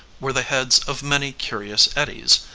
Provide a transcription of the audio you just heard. were the heads of many curious caddies,